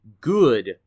good